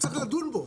שצריך לדון בו.